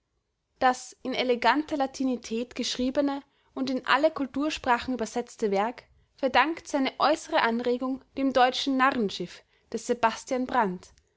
das in eleganter latinität geschriebene und in alle kultursprachen übersetzte werk verdankt seine äußere anregung dem deutschen narrenschiff des sebastian